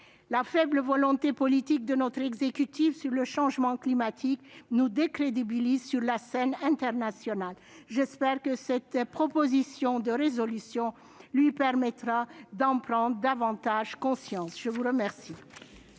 La faible volonté politique de notre exécutif dans la lutte contre le changement climatique nous décrédibilise sur la scène internationale. J'espère que cette proposition de résolution lui permettra d'en prendre davantage conscience. La parole